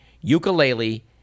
ukulele